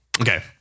Okay